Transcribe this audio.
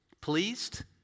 Pleased